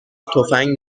تفنگ